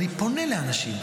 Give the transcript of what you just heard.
ואני פונה לאנשים,